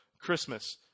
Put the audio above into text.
Christmas